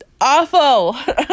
awful